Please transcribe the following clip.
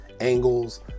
angles